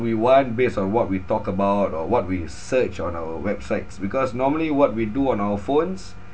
we want based on what we talk about or what we search on our websites because normally what we do on our phones